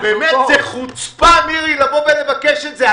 זו חוצפה, מירי, לבוא ולבקש את זה.